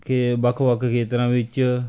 ਕਿ ਵੱਖ ਵੱਖ ਖੇਤਰਾਂ ਵਿੱਚ